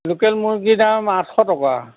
local মুৰ্গীৰ দাম আঠশ টকা